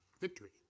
Victory